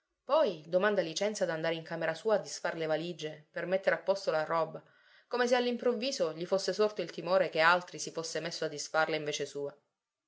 poi domanda licenza d'andare in camera sua a disfar le valige per mettere a posto la roba come se all'improvviso gli fosse sorto il timore che altri si fosse messo a disfarle in vece sua